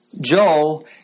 Joel